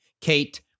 Kate